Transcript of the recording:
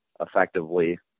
effectively